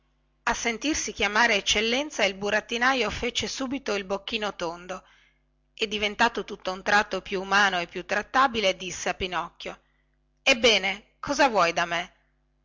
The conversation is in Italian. a sentirsi chiamare eccellenza il burattinaio fece subito il bocchino tondo e diventato tutta un tratto più umano e più trattabile disse a pinocchio ebbene che cosa vuoi da me